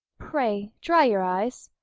pray, dry your eyes.